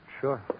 Sure